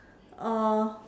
uh